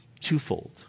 twofold